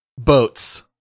Boats